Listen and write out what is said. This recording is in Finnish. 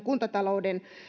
kuntatalouden